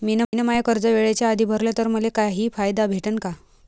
मिन माय कर्ज वेळेच्या आधी भरल तर मले काही फायदा भेटन का?